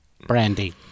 brandy